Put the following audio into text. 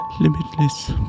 limitless